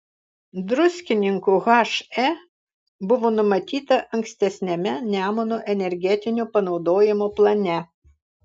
druskininkų he buvo numatyta ankstesniame nemuno energetinio panaudojimo plane